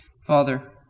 Father